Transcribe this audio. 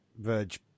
verge